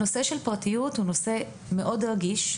הנושא של פרטיות הוא נושא מאוד רגיש,